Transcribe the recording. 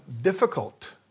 difficult